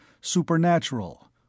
supernatural